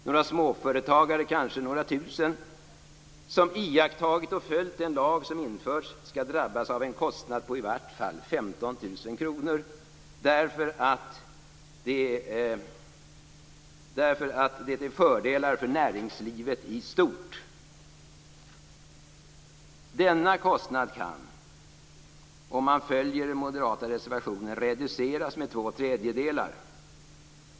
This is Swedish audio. Några småföretagare, kanske några tusen, som iakttagit och följt den lag som införts skall drabbas av en kostnad på i varje fall 15 000 kr därför att det är fördelar för näringslivet i stort. Denna kostnad kan, om man följer den moderata reservationen, reduceras med två tredjedelar.